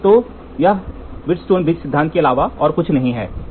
तो यह Wheatstone bridge सिद्धांत के अलावा और कुछ नहीं है